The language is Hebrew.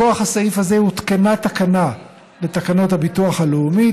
מכוח סעיף זה הותקנה תקנה 18(ב) לתקנות הביטוח הלאומי,